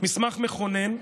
מסמך מכונן,